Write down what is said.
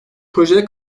projeye